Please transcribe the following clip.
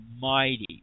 mighty